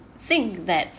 think that